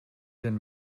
den